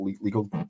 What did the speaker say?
legal